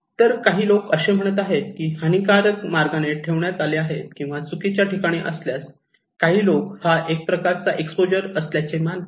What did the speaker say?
तर काही लोक असे म्हणत आहेत की हानीकारक मार्गाने ठेवण्यात आले आहेत किंवा चुकीच्या ठिकाणी असल्यास काही लोक हा एक प्रकारचा एक्सपोजर असल्याचे मानतात